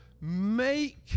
make